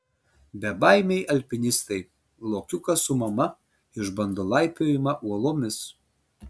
bebaimiai alpinistai lokiukas su mama išbando laipiojimą uolomis